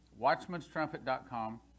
Watchman'sTrumpet.com